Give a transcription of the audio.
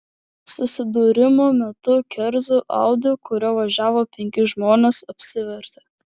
susidūrimo metu kerzų audi kuriuo važiavo penki žmonės apsivertė